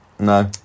No